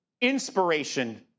inspiration